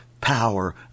power